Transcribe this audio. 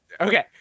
Okay